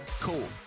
cool